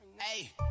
Hey